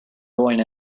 going